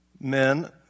men